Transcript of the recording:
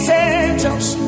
angels